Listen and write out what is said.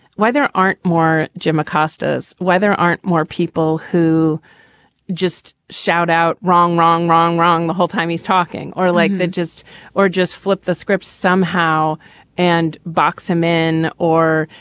why there aren't more jim acosta's why there aren't more people who just shout out. wrong, wrong, wrong, wrong. the whole time he's talking. or like that. just or just flip the script somehow and box him in or,